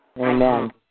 Amen